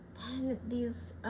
and these